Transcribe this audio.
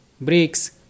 bricks